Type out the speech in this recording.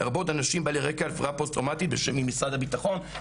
לרבות אנשים בעלי רקע הפרעה פוסט טראומטית ממשרד הביטחון,